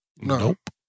Nope